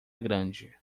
grande